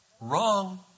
Wrong